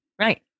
right